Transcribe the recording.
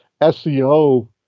SEO